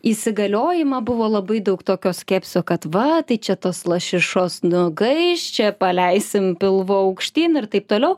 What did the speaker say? įsigaliojimą buvo labai daug tokio skepsio kad va tai čia tos lašišos nugaiš čia paleisim pilvu aukštyn ir taip toliau